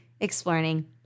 Exploring